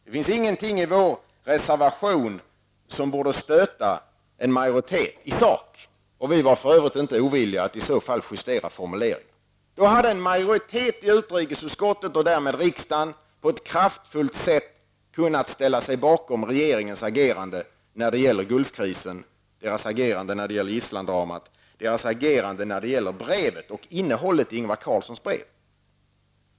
Det finns ingenting i vår reservation som kan stöta en majoritet i sak. Vi var för övrigt inte ovilliga att justera formuleringen. Då hade en majoritet i utrikesutskottet och därmed riksdagen på ett kraftfullt sätt kunnat ställa sig bakom regeringens agerande när det gäller Gulfkrisen, gisslandramat och innehållet i Ingvar Carlssons brev.